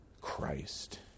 Christ